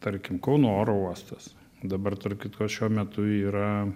tarkim kauno oro uostas dabar tarp kitko šiuo metu yra